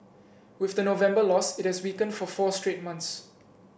with the November loss it has weakened for four straight months